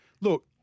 Look